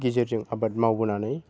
गेजेरजों आबाद मावबोनानै